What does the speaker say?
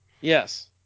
Yes